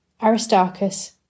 Aristarchus